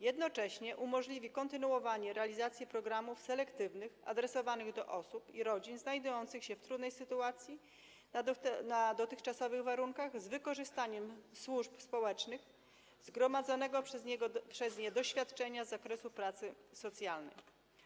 Jednocześnie umożliwi kontynuowanie realizacji programów selektywnych adresowanych do osób i rodzin znajdujących się w trudnej sytuacji na dotychczasowych warunkach z wykorzystaniem służb społecznych i zgromadzonego przez nie doświadczenia z zakresu pracy socjalnej.